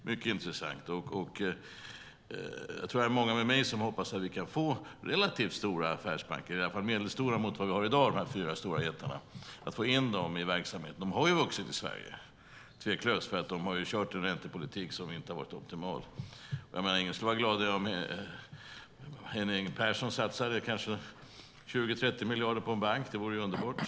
Jag tror att det är många med mig som hoppas att vi kan få relativt stora affärsbanker, i alla fall medelstora jämfört med vad vi har i dag, de fyra stora jättarna, och få in dem i verksamheten. De har tveklöst vuxit i Sverige, för de har kört med en räntepolitik som inte har varit optimal. Ingen skulle vara gladare än jag om Henning Persson satsade kanske 20-30 miljarder på en affärsbank. Det vore underbart.